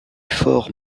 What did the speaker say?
fort